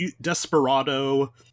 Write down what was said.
Desperado